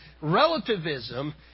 relativism